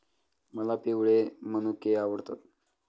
मला पिवळे मनुके आवडतात